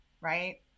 right